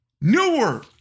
newer